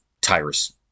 tyrus